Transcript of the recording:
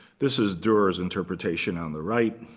this is durer's interpretation on the right.